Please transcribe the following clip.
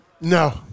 No